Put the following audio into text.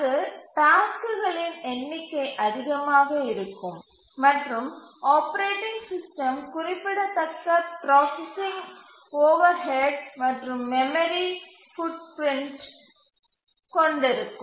அங்கு டாஸ்க்குகளின் எண்ணிக்கை அதிகமாக இருக்கும் மற்றும் ஆப்பரேட்டிங் சிஸ்டம் குறிப்பிடத்தக்க ப்ராசசிங் ஓவர்ஹெட் மற்றும் மெமரி புட்பிரின்ட் ஆகும்